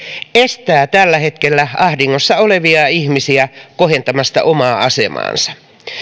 estää tällä hetkellä ahdingossa olevia ihmisiä kohentamasta omaa asemaansa